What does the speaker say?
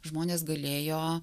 žmonės galėjo